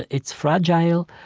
it's fragile,